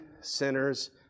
sinners